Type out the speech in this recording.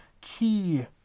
key